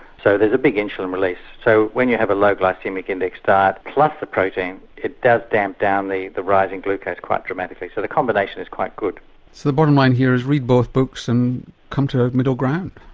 so there's a big insulin release so when you have a low glycaemic index diet plus the protein it does damp down the the rising glucose quite dramatically. so the combination is quite good. so the bottom line here is read both books and come to a middle ground.